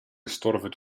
gestorven